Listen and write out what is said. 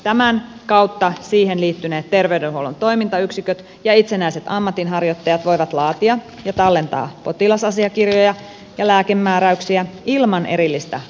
tämän kautta siihen liittyneet terveydenhuollon toimintayksiköt ja itsenäiset ammatinharjoittajat voivat laatia ja tallentaa potilasasiakirjoja ja lääkemääräyksiä ilman erillistä potilastietojärjestelmää